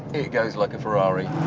it goes like a ferrari.